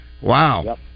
Wow